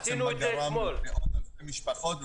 מה הוא גרם למאות אלפי משפחות,